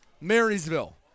Marysville